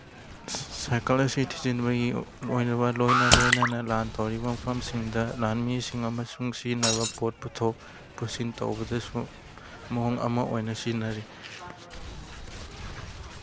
cycle ꯑꯁꯤ ꯊꯤꯖꯤꯟꯕꯒꯤ ꯑꯣꯏꯕ ꯂꯣꯏꯅ ꯂꯣꯏꯅꯅ ꯇꯧꯔꯤꯕ ꯃꯐꯝꯁꯤꯡꯗ ꯂꯥꯟꯃꯤꯁꯤꯡ ꯑꯃꯁꯨꯡ ꯁꯤꯖꯤꯟꯅꯕ ꯄꯣꯠ ꯄꯨꯊꯣꯛ ꯄꯨꯁꯤꯟ ꯇꯧꯕꯗꯁꯨ ꯃꯑꯣꯡ ꯑꯃ ꯑꯣꯏꯅ ꯁꯤꯖꯤꯟꯅꯔꯤ